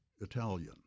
Italian